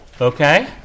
okay